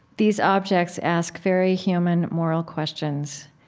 these objects ask very human moral questions.